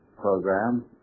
program